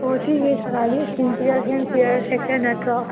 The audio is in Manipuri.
ꯑꯣ ꯁꯤꯁꯦ ꯁꯉꯥꯏ ꯍꯤꯜ skin care health care sector ꯅꯠꯇ꯭ꯔꯣ